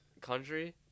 Country